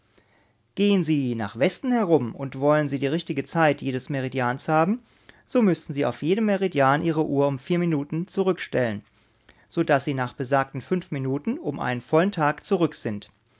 gehen sie nach westen herum und wollen sie die richtige zeit jedes meridians haben so müßten sie auf jedem meridian ihre uhr um vier minuten zurückstellen so daß sie nach besagten fünf minuten um einen vollen tag zurück sind